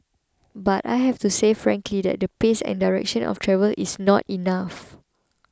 but I have to say quite frankly that the pace and direction of travel is not enough